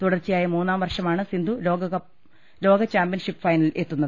തുടർച്ച യായ മൂന്നാം വർഷമാണ് സിന്ധു ലോക ചാമ്പ്യൻഷിപ്പ് ഫൈനലിൽ എത്തുന്നത്